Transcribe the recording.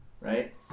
right